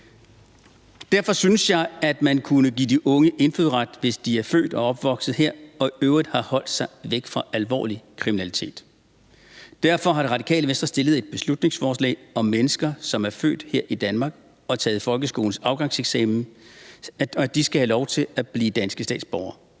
Derfor synes jeg, at man kunne give de unge indfødsret, hvis de er født og opvokset her og i øvrigt har holdt sig væk fra alvorlig kriminalitet. Derfor har Det Radikale Venstre fremsat et beslutningsforslag om, at mennesker, som er født her i Danmark og taget folkeskolens afgangseksamen, skal have lov til at blive danske statsborgere.